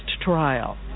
trial